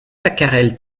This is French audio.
tacarel